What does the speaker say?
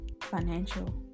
financial